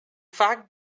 fact